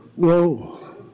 whoa